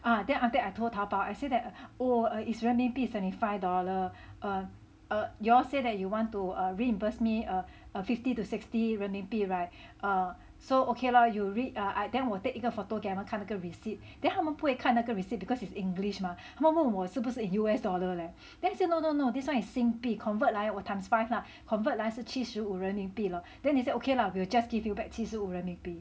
ah then after that I told 淘宝 I say that oh it's 人民币 seventy five dollar err err you all say that you want to reimburse me uh uh fifty to sixty 人民币 [right] err so okay lah you read I then 我 take 一个 photo 跟他们看那个 receipt then 他们不会看那个 receipt because it's english mah 他们问我是不是 U_S dollar leh then I say no no no this one is 新币 convert 来我 times five lah convert 来时七十五人民币 lor then he said okay lah we will just give you back 七十五人民币